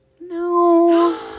No